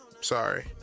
sorry